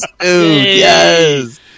yes